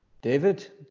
David